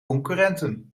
concurrenten